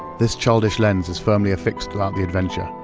this childish lens is firmly affixed throughout the adventure,